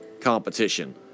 competition